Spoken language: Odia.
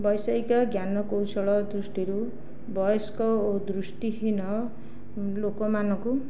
ବୈଷୟିକ ଜ୍ଞାନକୌଶଳ ଦୃଷ୍ଟିରୁ ବୟସ୍କ ଓ ଦୃଷ୍ଟିହୀନ ଲୋକମାନଙ୍କୁ